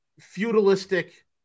feudalistic